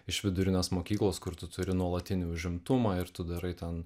iš vidurinės mokyklos kur tu turi nuolatinį užimtumą ir tu darai ten